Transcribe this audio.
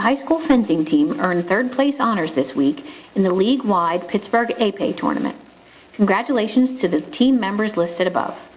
high school friends in team earn third place honors this week in the league wide pittsburgh a pay tournament congratulations to the team members listed above